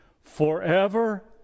forever